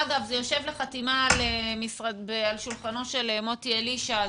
זה יושב על שולחנו של מוטי אלישע,